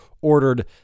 ordered